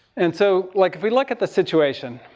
and so, like, if we look at the situation,